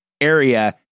area